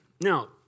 Now